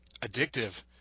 addictive